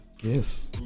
Yes